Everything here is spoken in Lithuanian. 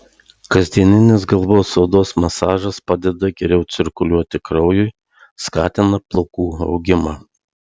kasdieninis galvos odos masažas padeda geriau cirkuliuoti kraujui skatina plaukų augimą